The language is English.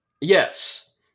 Yes